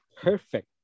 Perfect